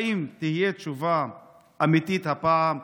האם תהיה תשובה אמיתית הפעם?